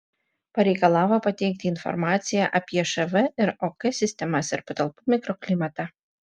pareikalavo pateikti informaciją apie šv ir ok sistemas ir patalpų mikroklimatą